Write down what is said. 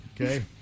Okay